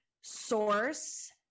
source